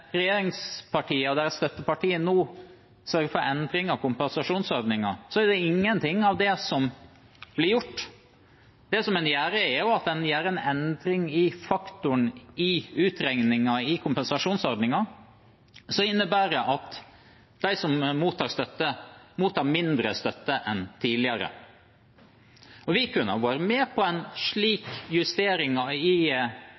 og deres støtteparti nå sørger for endring av kompensasjonsordningen, er det ingenting av det som blir gjort. Det en gjør, er at en gjør en endring i faktoren i utregningen i kompensasjonsordningen, noe som innebærer at de som mottar støtte, mottar mindre støtte enn tidligere. Vi kunne ha vært med på en slik justering i